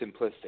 simplistic